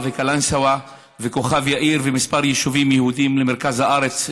וקלנסווה וכוכב יאיר ומכמה יישובים יהודיים למרכז הארץ,